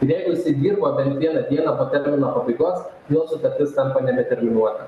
tai jeigu jisai dirbo bent vieną dieną nuo termino pabaigos jo sutartis tampa nebeterminuota